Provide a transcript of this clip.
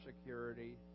security